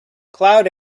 cloud